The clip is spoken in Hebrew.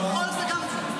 היינו עושים.